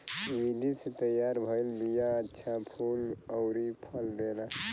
विधि से तैयार भइल बिया अच्छा फूल अउरी फल देला